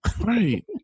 Right